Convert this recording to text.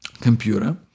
computer